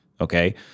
Okay